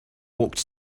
walked